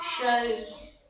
shows